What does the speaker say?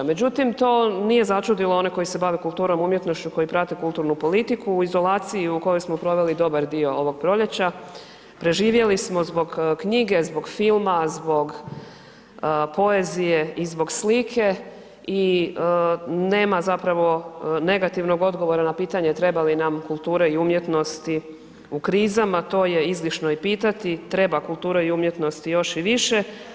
Međutim, to nije začudilo one koji se bave kulturom, umjetnošću, koji prate kulturnu politiku u izolaciji u kojoj smo proveli dobar dio ovog proljeća, preživjeli smo zbog knjige, zbog filma, zbog poezije i zbog slike i nema zapravo negativnog odgovora na pitanje treba li nam kulture i umjetnosti u krizama, to je izdišno i pitati, treba kulture i umjetnosti još i više.